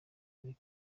muri